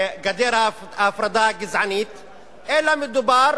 גדר ההפרדה הגזענית, אלא מדובר